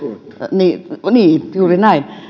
niin niin juuri näin